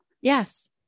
Yes